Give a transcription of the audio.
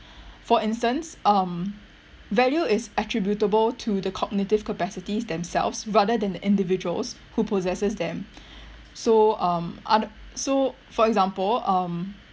for instance um value is attributable to the cognitive capacity themselves rather than individuals who possess them so um othe~ so for example um